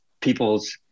people's